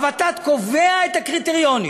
הוות"ת קובעת את הקריטריונים